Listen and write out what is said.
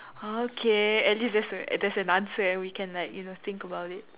okay at least there's a there's an answer and we can like you know think about it